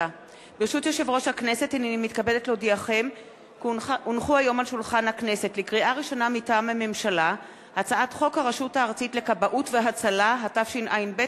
אני קובע שהצעת האי-אמון של סיעות רע"ם-תע"ל, בל"ד